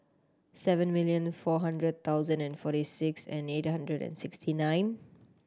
seven million four hundred thousand and forty six and eight hundred and sixty nine